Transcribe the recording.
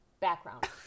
background